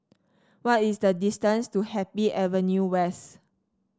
what is the distance to Happy Avenue West